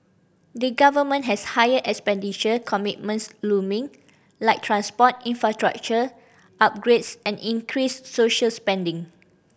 the government has higher expenditure commitments looming like transport infrastructure upgrades and increased social spending